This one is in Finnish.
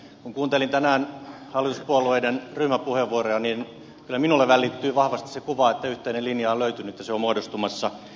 kun kuuntelin tänään hallituspuolueiden ryhmäpuheenvuoroja niin kyllä minulle välittyi vahvasti se kuva että yhteinen linja on löytynyt ja se on muodostumassa